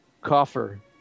coffer